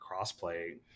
crossplay